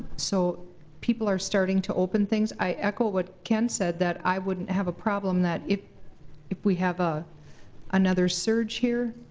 so people are starting to open things. i echo what ken said, that i wouldn't have a problem that if if we have a another surge here,